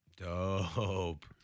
Dope